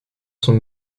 son